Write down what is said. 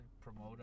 promote